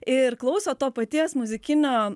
ir klauso to paties muzikinio